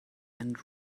and